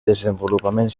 desenvolupament